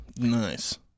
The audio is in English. Nice